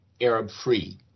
Arab-free